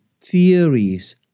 theories